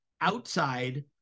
outside